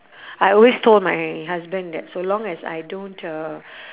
I always told my husband that so long as I don't uh